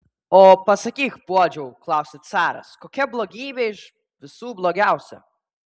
o pasakyk puodžiau klausia caras kokia blogybė iš visų blogiausia